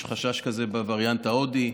יש חשש כזה בווריאנט ההודי.